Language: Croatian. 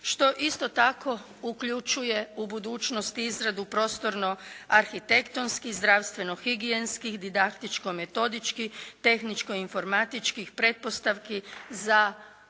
što isto tako uključuje u budućnosti prostorno arhitektonski, zdravstveno-higijenskih, didaktičko-metodički, tehničko-informatičkih pretpostavki za odvijanje